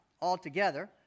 altogether